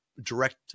direct